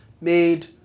made